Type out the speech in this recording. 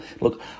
Look